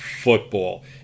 football